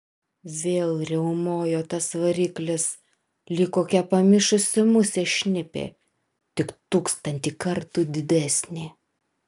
vėl riaumojo tas variklis lyg kokia pamišusi musė šnipė tik tūkstantį kartų didesnė